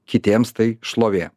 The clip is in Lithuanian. kitiems tai šlovė